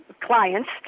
clients